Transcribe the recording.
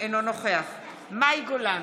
אינו נוכח מאי גולן,